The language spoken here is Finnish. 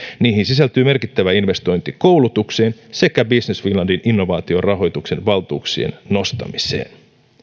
niihin sisältyy merkittävä investointi koulutukseen sekä business finlandin innovaatiorahoituksen valtuuksien nostamiseen